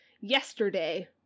Yesterday